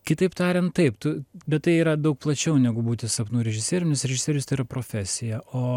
kitaip tariant taip tu bet tai yra daug plačiau negu būti sapnų režisierium nes režisierius tai yra profesija o